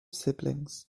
siblings